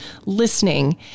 listening